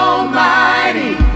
Almighty